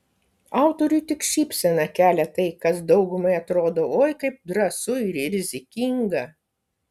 autoriui tik šypseną kelia tai kas daugumai atrodo oi kaip drąsu ir rizikinga